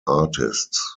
artists